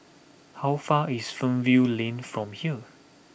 how far is Fernvale Lane from here